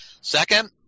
Second